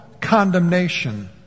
condemnation